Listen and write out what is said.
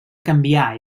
canviar